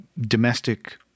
domestic